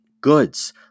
goods